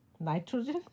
Nitrogen